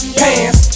pants